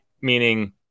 meaning